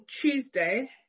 Tuesday